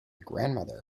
grandmother